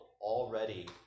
already